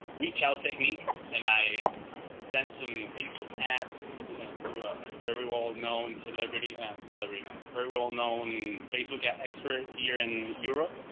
reach out technique. and i send some facebook ads to yeah a ah very well known celebrity and celebrity now very well known facebook ad expert here in europe.